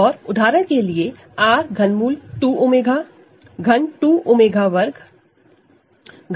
और उदाहरण के लिए R ∛ 2 ओमेगा घन 2 𝜔वर्ग ∛ 2